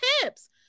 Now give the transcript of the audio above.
tips